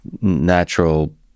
natural